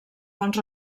bons